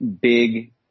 big